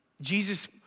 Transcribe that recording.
Jesus